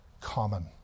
common